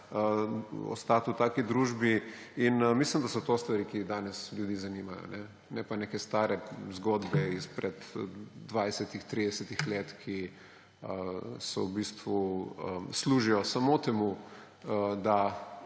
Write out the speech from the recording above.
ostati v taki družbi. In mislim, da so stvari, ki danes ljudi zanimajo. Ne pa neke stare zgodbe izpred 20, 30 let, ki v bistvu služijo samo temu, da